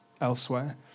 elsewhere